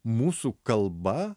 mūsų kalba